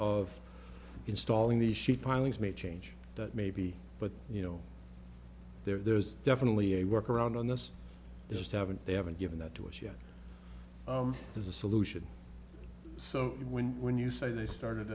of installing the sheet pilings may change that maybe but you know there's definitely a work around on this just haven't they haven't given that to us yet as a solution so when when you say they started